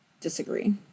Disagree